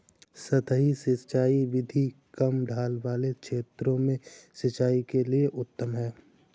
सतही सिंचाई विधि कम ढाल वाले क्षेत्रों में सिंचाई के लिए उत्तम है